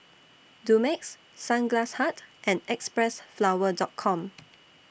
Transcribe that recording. Dumex Sunglass Hut and Xpressflower Doll Com